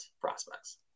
prospects